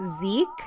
Zeke